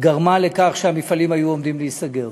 גרמה לכך שהמפעלים עמדו להיסגר.